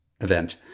event